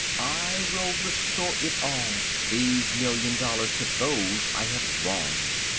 i will restore it all, these million dollars, to those i have wronged.